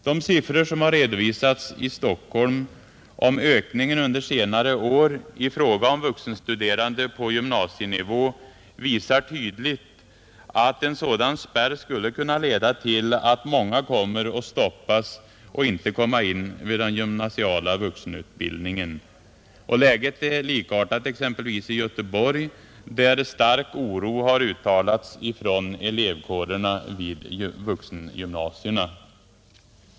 De siffror som redovisats i Stockholm beträffande ökningen under senare år i fråga om vuxenstuderande på gymnasienivå visar tydligt att en sådan spärr skulle kunna leda till att många kommer att stoppas och inte kommer in vid den gymnasiala vuxenutbildningen. Läget är likartat i Göteborg, där stark oro uttalats från elevkårerna vid vuxengymnasierna.